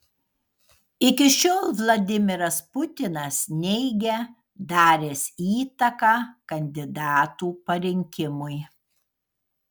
iki šiol vladimiras putinas neigia daręs įtaką kandidatų parinkimui